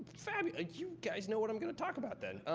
fabulous. you guys know what i'm going to talk about then.